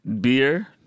beer